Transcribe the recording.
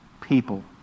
people